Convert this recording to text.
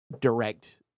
direct